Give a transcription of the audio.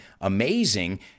amazing